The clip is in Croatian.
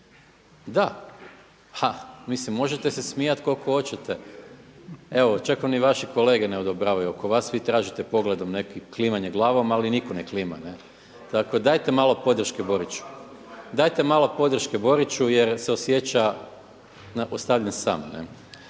Da, ha, mislim možete se smijati koliko hoćete, evo čak vam ni vaši kolege ne odobravaju oko vas, vi tražite pogledom neko klimanje glavama ali nitko ne klima. Tako dajte malo podrške Boriću. Dajte malo podrške Boriću jer se osjeća ostavljen sam.